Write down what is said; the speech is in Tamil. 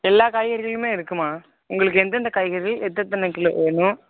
எல்லா காய்கறிகளுமே இருக்குமா உங்களுக்கு எந்தெந்த காய்கறி எத்த எத்தெத்தன கிலோ வேணும்